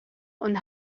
und